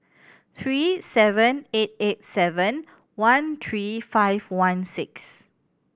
three seven eight eight seven one three five one six